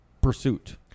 pursuit